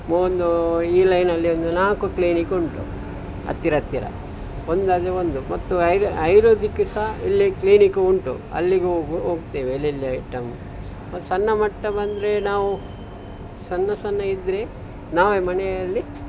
ಒಂದು ಈ ಲೈನಲ್ಲಿ ಒಂದು ನಾಲ್ಕು ಕ್ಲೀನಿಕ್ ಉಂಟು ಹತ್ತಿರ ಹತ್ತಿರ ಒಂದಾಂದ ಮೇಲೆ ಒಂದು ಮತ್ತು ಆಯುರ್ ಆಯುರ್ವೇದಿಕ್ ಸಹ ಇಲ್ಲಿ ಕ್ಲೀನಿಕ್ ಉಂಟು ಅಲ್ಲಿಗೆ ಹೋಗ್ ಹೋಗ್ತೇವೆ ಎಲ್ಲೆಲ್ಲಿ ಐಟಮ್ ಮತ್ತು ಸಣ್ಣ ಮಟ್ಟ ಬಂದರೆ ನಾವು ಸಣ್ಣ ಸಣ್ಣ ಇದ್ದರೆ ನಾವೇ ಮನೆಯಲ್ಲಿ